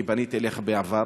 כי פניתי אליך בעבר,